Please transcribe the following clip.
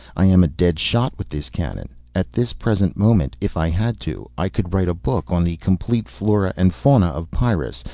i am a dead shot with this cannon. at this present moment, if i had to, i could write a book on the complete flora and fauna of pyrrus,